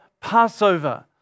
Passover